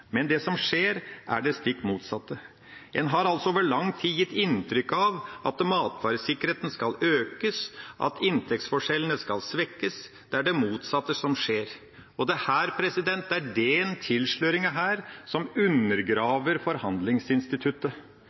Men det som skjer, er det stikk motsatte. En har altså over lang tid gitt inntrykk av at matvaresikkerheten skal økes, at inntektsforskjellene skal svekkes. Det er det motsatte som skjer, og det er denne tilsløringa som undergraver forhandlingsinstituttet. Det er